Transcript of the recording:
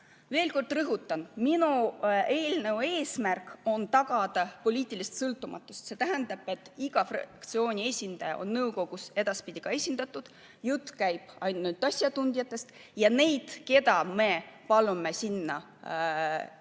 Veel kord rõhutan, et minu eelnõu eesmärk on tagada poliitiline sõltumatus, see tähendab, et iga fraktsiooni esindaja on nõukogus edaspidi esindatud. Jutt käib ainult asjatundjatest ja neid, keda me palume sinna